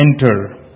enter